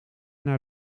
naar